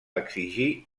exigir